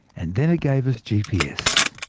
and then it gave us gps!